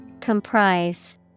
Comprise